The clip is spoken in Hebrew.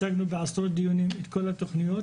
הצגנו בעשרות דיונים את כל התוכניות